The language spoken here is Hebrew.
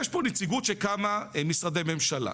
יש פה נציגות של כמה משרדי ממשלה.